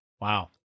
Wow